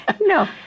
No